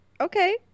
okay